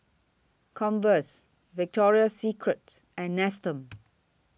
Converse Victoria Secret and Nestum